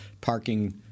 parking